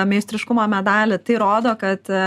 meistriškumo medalį tai rodo kad